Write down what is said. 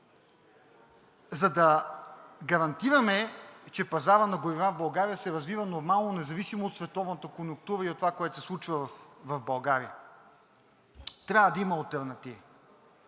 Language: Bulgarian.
За да гарантираме, че пазарът на горива в България се развива нормално, независимо от световната конюнктура и от това, което се случва в България, трябва да има алтернативи,